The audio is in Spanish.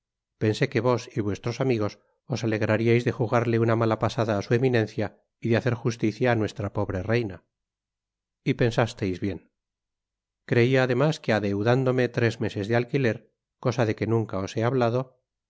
pensé que vos y vuestros amigos os alegrariais de jugarle una mala pasada á su eminencia y de hacer justicia á nuestra pobre reina y pensasteis bien creia además que adeudándome fres meses de alquiler cosa de que nunca os he hablado